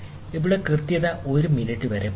ഇവിടെ കൃത്യത 1 മിനിറ്റ് വരെ പോകാം